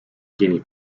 guinea